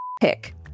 pick